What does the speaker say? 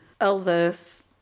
Elvis